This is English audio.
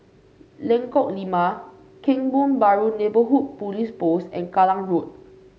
Lengkok Lima Kebun Baru Neighbourhood Police Post and Kallang Road